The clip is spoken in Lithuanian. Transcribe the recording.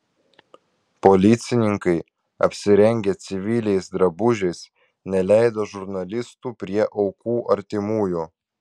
policininkai apsirengę civiliais drabužiais neleido žurnalistų prie aukų artimųjų